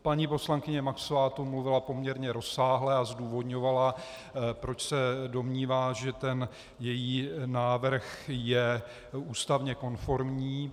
Paní poslankyně Maxová tu mluvila poměrně rozsáhle a zdůvodňovala, proč se domnívá, že její návrh je ústavně konformní.